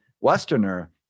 Westerner